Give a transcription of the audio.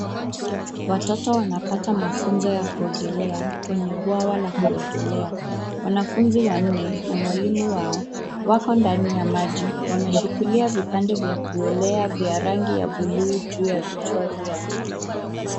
Watoto wanapata mafunzo ya kuogelea kwenye bwawa la kuogelea. Wanafunzi wanne na mwalimu wao, wako ndani ya maji wameshikilia vipande vya kuelea vya rangi ya buluu juu ya vichwa vyao.